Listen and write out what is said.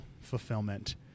fulfillment